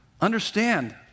Understand